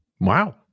Wow